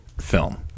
film